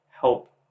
help